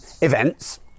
events